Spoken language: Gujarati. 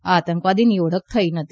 આ આતંકવાદીની ઓળખ થઇ નથી